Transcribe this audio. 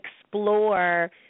explore